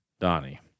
Donnie